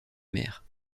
mère